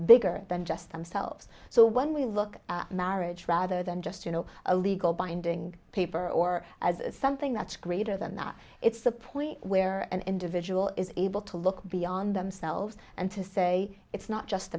bigger than just themselves so when we look at marriage rather than just you know a legal binding paper or as something that's greater than that it's a point where an individual is able to look beyond themselves and to say it's not just